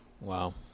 Wow